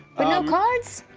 but no cards?